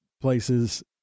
places